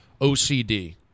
OCD